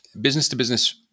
business-to-business